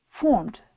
formed